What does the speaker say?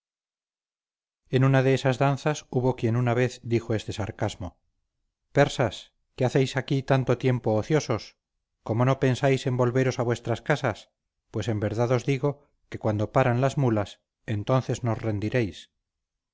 en una de esas danzas hubo quien una vez dijo este sarcasmo persas qué hacéis aquí tanto tiempo ociosos cómo no pensáis en volveros a vuestras casas pues en verdad os digo que cuando paran las mulas entonces nos rendiréis